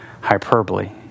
hyperbole